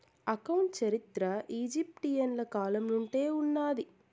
account చరిత్ర ఈజిప్షియన్ల కాలం నుండే ఉన్నాది